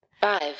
Five